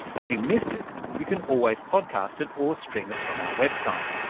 if you missed it, you can always podcast it or stream it from our website.